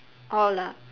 all lah